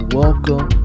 welcome